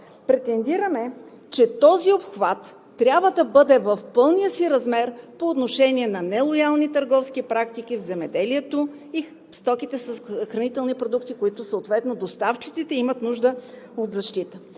Претендираме, че този обхват трябва да бъде в пълния си размер по отношение на нелоялни търговски практики в земеделието и стоките с хранителни продукти, за които съответно доставчиците имат нужда от защита.